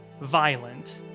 violent